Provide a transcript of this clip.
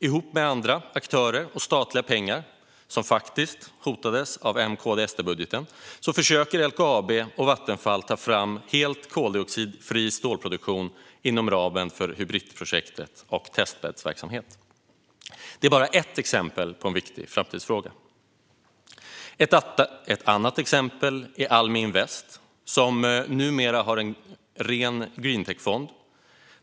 Ihop andra aktörer och med statliga pengar, som faktiskt hotades av M-KD-SD-budgeten, försöker LKAB och Vattenfall att ta fram helt koldioxidfri stålproduktion inom ramen för Hybritprojektet och testbäddsverksamhet. Det är bara ett exempel på en viktig framtidsfråga. Ett annat exempel är Almi Invest som numera har en ren Green Tech-fond.